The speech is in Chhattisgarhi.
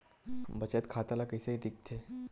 बचत खाता ला कइसे दिखथे?